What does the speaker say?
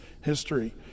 history